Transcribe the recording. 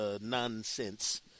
nonsense